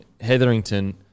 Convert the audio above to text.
Hetherington